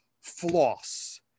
floss